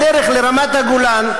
בדרך לרמת-הגולן,